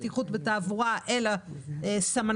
אבל אז עשינו את זה כך שהוא צריך אישור עקרוני.